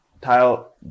Tile